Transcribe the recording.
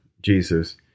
Jesus